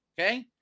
okay